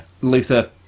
Luther